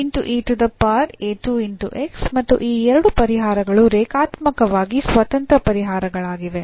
ಒಂದು ಮತ್ತು ಈ ಎರಡು ಪರಿಹಾರಗಳು ರೇಖಾತ್ಮಕವಾಗಿ ಸ್ವತಂತ್ರ ಪರಿಹಾರಗಳಾಗಿವೆ